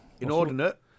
Inordinate